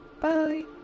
Bye